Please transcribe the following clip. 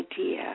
idea